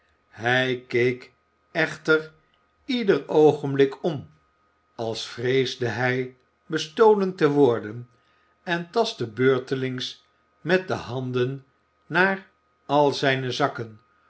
hij keek echter ieder oogenblik om als vreesde hij bestolen te worden en tastte beurtelings met de handen naar al zijne zakken